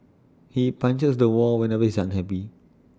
he punches the wall whenever he is unhappy